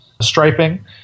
striping